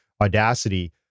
Audacity